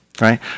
Right